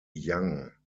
yang